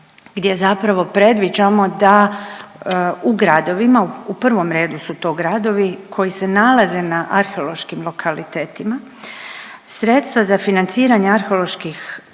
gdje zapravo predviđamo da u gradovima, u prvom redu su to gradovi koji se nalaze na arheološkim lokalitetima, sredstva za financiranje arheoloških